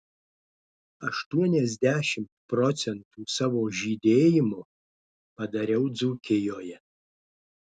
aštuoniasdešimt procentų savo žydėjimo padariau dzūkijoje